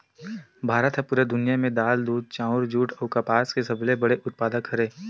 भारत हा पूरा दुनिया में दाल, दूध, चाउर, जुट अउ कपास के सबसे बड़े उत्पादक हरे